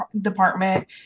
department